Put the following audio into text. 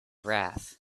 wrath